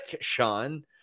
Sean